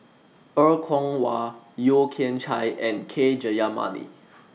Er Kwong Wah Yeo Kian Chai and K Jayamani